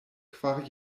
kvar